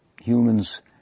humans